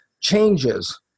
changes